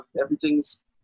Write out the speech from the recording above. Everything's